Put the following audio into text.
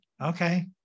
Okay